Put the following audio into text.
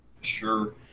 sure